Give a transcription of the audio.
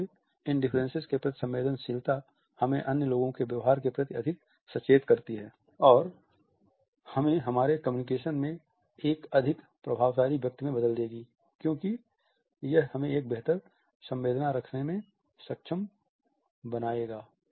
इसलिए इन डिफरेंसेस के प्रति संवेदनशीलता हमें अन्य लोगों के व्यवहार के प्रति अधिक सचेत करेगी और हमें हमारे कम्युनिकेशन में एक अधिक प्रभावशाली व्यक्ति में बदल देगी क्योंकि यह हमें एक बेहतर संवेदना रखने में सक्षम करेगा